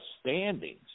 standings